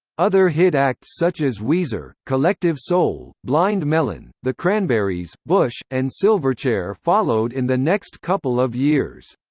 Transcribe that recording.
other hit acts such as weezer, collective soul, blind melon, the cranberries, bush, and silverchair followed in the next couple of years.